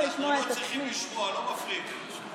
חסר אחריות.